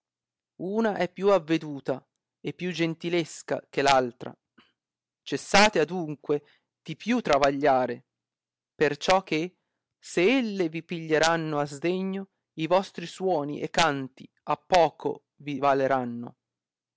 una è più aveduta e più gentilesca che l altra cessate adunque di più travagliarle perciò che se elle vi piglieranno a sdegno i vostri suoni e canti poco vi valeranno